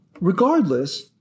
Regardless